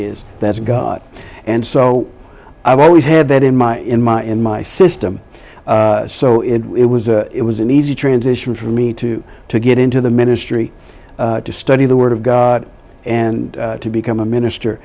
is that's god and so i've always had that in my in my in my system so it was a it was an easy transition for me to get into the ministry to study the word of god and to become a minister